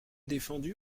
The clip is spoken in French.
défendu